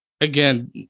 again